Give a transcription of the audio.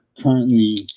currently